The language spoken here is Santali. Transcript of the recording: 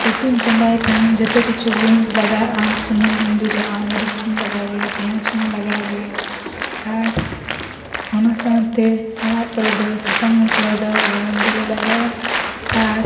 ᱩᱛᱩᱧ ᱪᱚᱸᱫᱟᱭ ᱠᱷᱟᱱ ᱡᱚᱛᱚ ᱠᱤᱪᱷᱩᱜᱤᱧ ᱞᱟᱜᱟᱣᱟᱜᱼᱟ ᱥᱩᱱᱩᱢ ᱦᱚᱸᱧ ᱫᱩᱞᱟᱜᱼᱟ ᱢᱟᱹᱨᱤᱪ ᱦᱚᱸᱧ ᱞᱟᱜᱟᱣ ᱜᱮᱭᱟ ᱯᱮᱸᱭᱟᱡᱽ ᱦᱚᱸᱧ ᱞᱟᱜᱟᱣ ᱜᱮᱭᱟ ᱟᱨ ᱚᱱᱟ ᱥᱟᱶᱛᱮ ᱟᱲᱟᱜ ᱠᱚᱨᱮ ᱫᱚ ᱥᱟᱥᱟᱝ ᱢᱚᱥᱞᱟ ᱫᱚ ᱵᱟᱝᱜᱮᱞᱮ ᱞᱟᱜᱟᱣᱟ ᱟᱨ